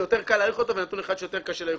שיותר קל להעריך ונתון אחר שיותר קשה להעריך.